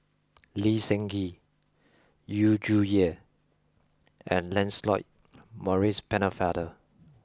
Lee Seng Gee Yu Zhuye and Lancelot Maurice Pennefather